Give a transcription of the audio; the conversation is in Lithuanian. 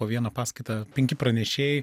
po vieną paskaitą penki pranešėjai